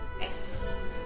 Yes